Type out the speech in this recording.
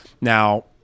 Now